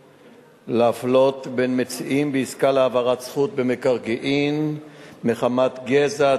במקרקעין להפלות בין מציעים בעסקה להעברת זכות במקרקעין מחמת גזע,